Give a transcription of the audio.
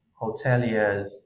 hoteliers